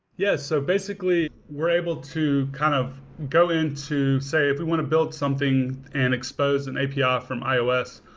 yes. so basically, we're able to kind of go into say, if we want to build something and expose an and api ah from ios,